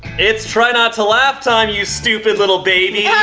it's try not to laugh time, you stupid little babies. yeah